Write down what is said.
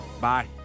Bye